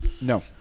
No